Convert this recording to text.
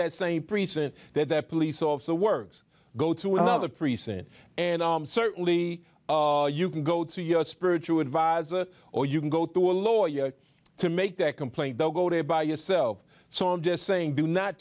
that same precent that the police officer works go to another precinct and certainly you can go to your spiritual adviser or you can go to a lawyer to make a complaint they'll go there by yourself so i'm just saying do not